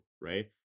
right